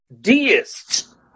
Deists